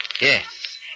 Yes